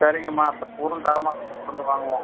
சரிங்கம்மா இப்போ பொருள் தரமாக இருந்தால் தொடர்ந்து வாங்குவோம்